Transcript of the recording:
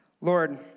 Lord